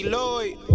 Lloyd